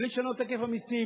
בלי לשנות את היקף המסים,